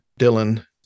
Dylan